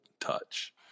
touch